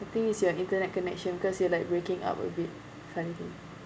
I think it's your internet connection because you're like breaking up a bit funny thing